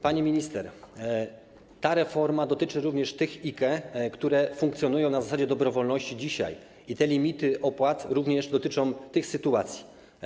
Pani minister, ta reforma dotyczy również tych IKE, które funkcjonują na zasadzie dobrowolności dzisiaj, i te limity opłat również dotyczą tych sytuacji.